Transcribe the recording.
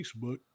facebook